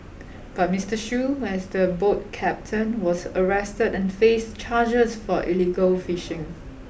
but Mister Shoo as the boat captain was arrested and faced charges for illegal fishing